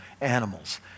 animals